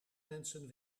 mensen